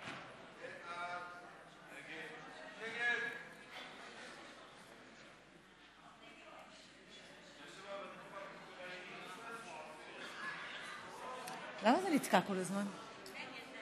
ההסתייגות של קבוצת סיעת יש עתיד, קבוצת סיעת